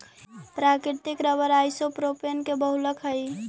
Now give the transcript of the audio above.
प्राकृतिक rubber isopropene के बहुलक हई